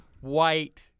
white